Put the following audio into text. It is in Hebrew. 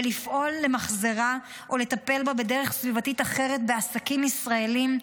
ולפעול למחזרה או לטפל בה בדרך סביבתית אחרת בעסקים ישראליים,